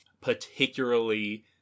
particularly